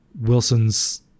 Wilson's